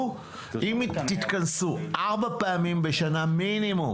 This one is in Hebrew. - אם תתכנסו ארבע פעמים בשנה מינימום,